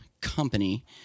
company